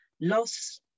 loss